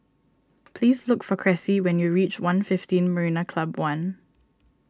please look for Cressie when you reach one Fiveteen Marina Club one